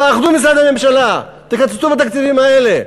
תאחדו משרדי ממשלה, תקצצו בתקציבים האלה.